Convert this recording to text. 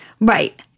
right